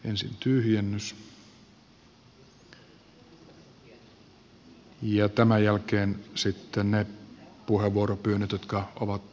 ensin tyhjennys ja tämän jälkeen sitten ne puheenvuoropyynnöt jotka ovat osoitettuja ministeri rädylle